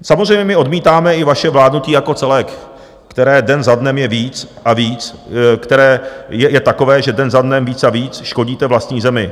Samozřejmě my odmítáme i vaše vládnutí jako celek, které den za dnem je víc a víc... které je takové, že den za dnem víc a víc škodíte vlastní zemi.